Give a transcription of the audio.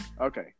Okay